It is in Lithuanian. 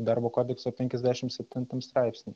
darbo kodekso penkiasdešim septintam straipsny